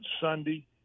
Sunday